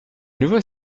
nouveau